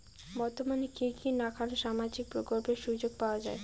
বর্তমানে কি কি নাখান সামাজিক প্রকল্পের সুযোগ পাওয়া যায়?